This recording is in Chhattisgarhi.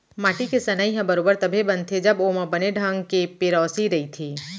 माटी के सनई ह बरोबर तभे बनथे जब ओमा बने ढंग के पेरौसी रइथे